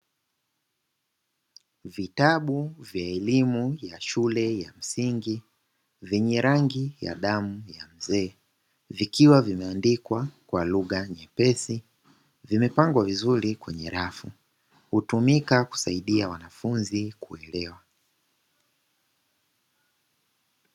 Vitabu vya elimu ya shule ya msingi vyenye rangi ya damu ya mzee, vikiwa vimeandikwa kwa lugha nyepesi vimepangwa vizuri kwenye rafu, hutumika kusaidia wanafunzi kuelewa.